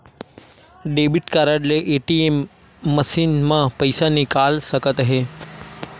debit card ले ATM machine म पइसा निकाल सकत हे